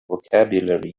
vocabulary